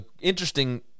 interesting